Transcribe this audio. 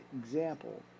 example